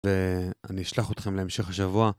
ואני אשלח אתכם להמשך השבוע.